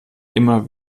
immer